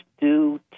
due